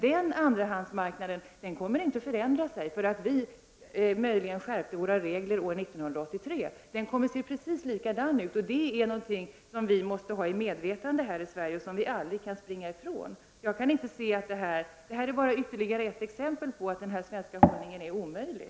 Den andrahandsmarknaden kommer inte att förändras därför att vi möjligen skärpte reglerna 1983, utan den kommer att se precis likadan ut. Det är någonting som vi måste ha i medvetandet här i Sverige och som vi aldrig kan springa ifrån. Det här är bara ytterligare ett exempel på att den svenska hållningen är omöjlig.